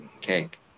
cake